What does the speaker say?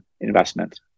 investment